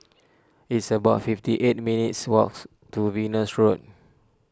it's about fifty eight minutes' walks to Venus Road